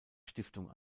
stiftung